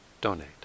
donate